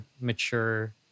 mature